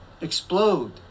explode